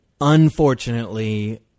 Unfortunately